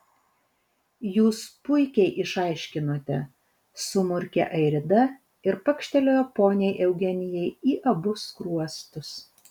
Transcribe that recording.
jūs puikiai išaiškinote sumurkė airida ir pakštelėjo poniai eugenijai į abu skruostus